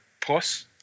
plus